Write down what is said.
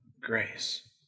grace